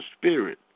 Spirit